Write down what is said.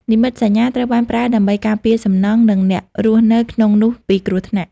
និមិត្តសញ្ញា ត្រូវបានប្រើដើម្បីការពារសំណង់ និងអ្នករស់នៅក្នុងនោះពីគ្រោះថ្នាក់។